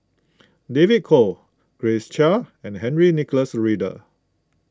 David Kwo Grace Chia and Henry Nicholas Ridley